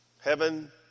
Heaven